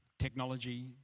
Technology